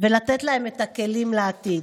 ולתת להן את הכלים לעתיד.